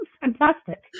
fantastic